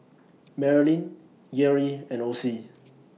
Marilynn Geary and Ocie